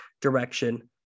direction